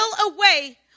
away